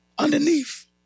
Underneath